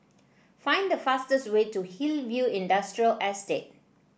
find the fastest way to Hillview Industrial Estate